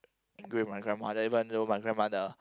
angry at my grandmother even though my grandmother